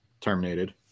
terminated